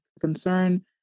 concern